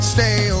Stay